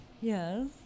Yes